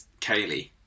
Kaylee